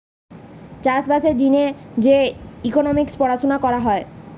চাষ বাসের জিনে যে ইকোনোমিক্স পড়াশুনা করা হয়